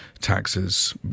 taxes